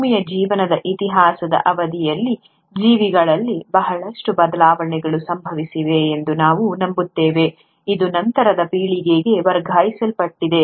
ಭೂಮಿಯ ಜೀವನದ ಇತಿಹಾಸದ ಅವಧಿಯಲ್ಲಿ ಜೀವಿಗಳಲ್ಲಿ ಬಹಳಷ್ಟು ಬದಲಾವಣೆಗಳು ಸಂಭವಿಸಿವೆ ಎಂದು ನಾವು ನಂಬುತ್ತೇವೆ ಅದು ನಂತರದ ಪೀಳಿಗೆಗೆ ವರ್ಗಾಯಿಸಲ್ಪಟ್ಟಿದೆ